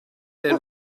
they